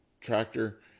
tractor